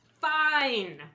Fine